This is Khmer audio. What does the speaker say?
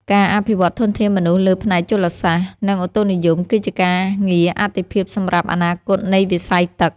ការអភិវឌ្ឍធនធានមនុស្សលើផ្នែកជលសាស្ត្រ និងឧតុនិយមគឺជាការងារអាទិភាពសម្រាប់អនាគតនៃវិស័យទឹក។